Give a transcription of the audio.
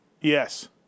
Yes